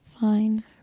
Fine